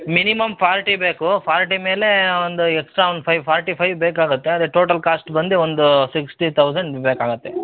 minimum forty ಬೇಕು forty ಮೇಲೇ ಒಂದು ಎಕ್ಸ್ಟ್ರಾ ಒಂದ್ ಫೈವ್ ಫಾರ್ಟಿ ಫೈವ್ ಬೇಕಾಗುತ್ತೆ ಅದೆ ಟೋಟಲ್ ಕಾಸ್ಟ್ ಬಂದು ಒಂದು ಸಿಕ್ಸ್ಟಿ ತೌಸಂಡ್ ಬೇಕಾಗುತ್ತೆ